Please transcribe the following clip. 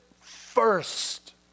first